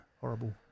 horrible